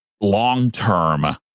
long-term